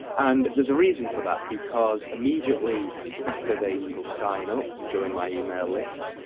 and there's a reason for that because immediately after they sign up and join my email list,